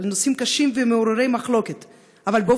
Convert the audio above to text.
על נושאים קשים ומעוררי מחלוקת,